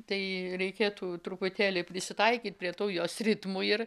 tai reikėtų truputėlį prisitaikyt prie tų jos ritmų ir